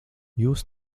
jūs